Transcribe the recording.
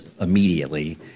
immediately